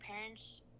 parents